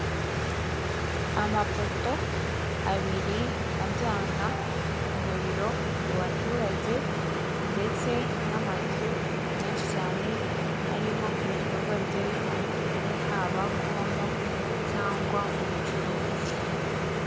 Amapoto abiri ajyana umuriro mu baturage, ndetse n'amazu menshi cyane arimo ibikorwa bigiye bitandukanye, haba kubamo cyangwa ubucuruzi.